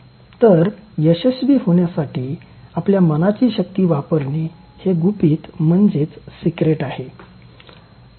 तर यशस्वी होण्यासाठी आपल्या मनाची शक्ती वापरणे हे गुपित आहे